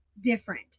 different